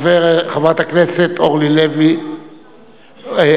חברת הכנסת אורלי לוי אבקסיס.